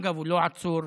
אגב, הוא לא עצור.